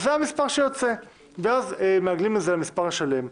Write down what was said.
אז זה המספר שיוצא ואז מעגלים את זה למספר שלם.